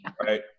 right